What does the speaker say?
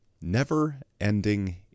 never-ending